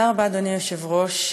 תודה רבה, אדוני היושב-ראש.